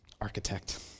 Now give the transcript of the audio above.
architect